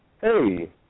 hey